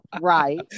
right